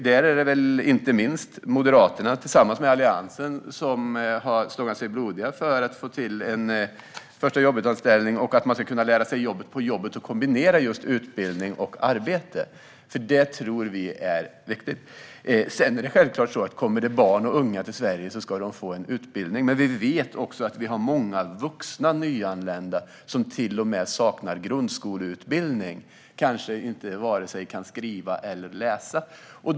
Där är det inte minst Moderaterna tillsammans med Alliansen som har stångat sig blodiga för att få till en första-jobbet-anställning, för att man ska kunna lära sig jobbet på jobbet och för att kombinera just utbildning och arbete. Det tror vi är viktigt. Det är självklart att barn och unga som kommer till Sverige ska få en utbildning. Men vi vet också att vi har många vuxna nyanlända som till och med saknar grundskoleutbildning och kanske varken kan skriva eller läsa.